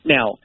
Now